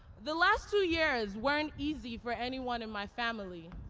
the last two years weren't easy for anyone in my family.